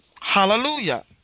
Hallelujah